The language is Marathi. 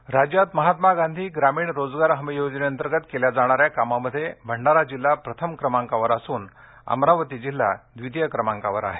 रोहयो राज्यात महात्मा गांधी ग्रामीण रोजगार हमी योजनेंतर्गत केल्या जाणा या कामामध्ये भंडारा जिल्हा प्रथम क्रमांकावर असून अमरावती जिल्हा द्वितीय क्रमाकांवर आहे